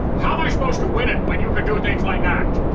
how am i supposed to win it when you can do things like that?